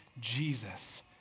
Jesus